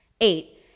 Eight